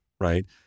right